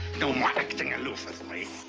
no more acting aloof with me!